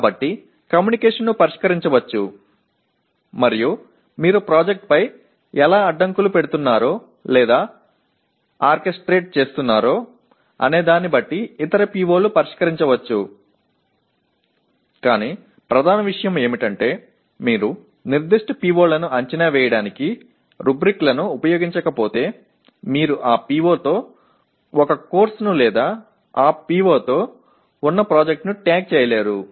కాబట్టి కమ్యూనికేషన్ను పరిష్కరించవచ్చు మరియు మీరు ప్రాజెక్ట్పై ఎలా అడ్డంకులు పెడుతున్నారో లేదా ఆర్కెస్ట్రేట్ చేస్తున్నారు అనేదాన్ని బట్టి ఇతర PO లు పరిష్కరించవచ్చు కానీ ప్రధాన విషయం ఏమిటంటే మీరు నిర్దిష్ట PO లను అంచనా వేయడానికి రుబ్రిక్లను ఉపయోగించకపోతే మీరు ఆ PO తో ఒక కోర్సును లేదా ఆ PO తో ఉన్న ప్రాజెక్ట్ను ట్యాగ్ చేయలేరు